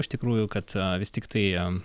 iš tikrųjų kad vis tiktai